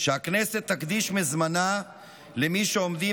מבקשים שהכנסת תקדיש מזמנה למי שעומדים